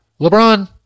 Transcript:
lebron